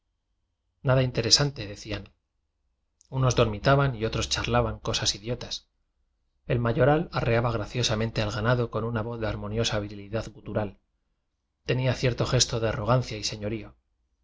nada interesante decían unos dormitaban y otros charlaban cosas idio tas el mayoral arreaba graciosamente al ganado con una voz de armoniosa virili dad gutural tenía cierto gesto de arrogan cia y señorío